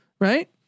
Right